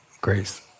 grace